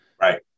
right